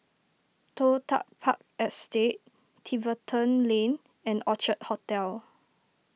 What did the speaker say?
Toh Tuck Park Estate Tiverton Lane and Orchard Hotel